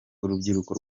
urubyiruko